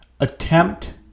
attempt